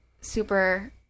super